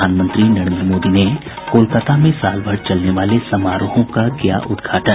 प्रधानमंत्री नरेन्द्र मोदी ने कोलकाता में साल भर चलने वाले समारोहों का किया उद्घाटन